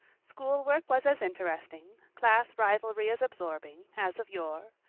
schoolwork was as interesting, class rivalry as absorbing, as of yore.